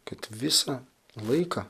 kad visą laiką